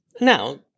Now